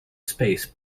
space